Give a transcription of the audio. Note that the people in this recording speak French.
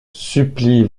supplie